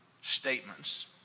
statements